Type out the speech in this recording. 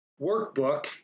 workbook